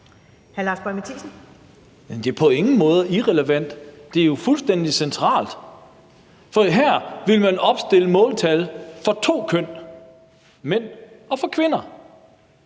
Lars Boje Mathiesen (NB): Det er på ingen måde irrelevant; det er jo fuldstændig centralt. For her vil man opstille måltal for to køn, for mænd og for kvinder.